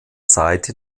seite